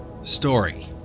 story